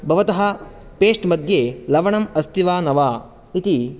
भवतः पेस्ट् मध्ये लवणम् अस्ति वा न वा इति